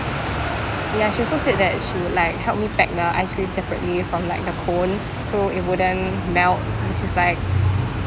ya she also said that she would like help me pack the ice cream separately from like the cone so it wouldn't melt which is like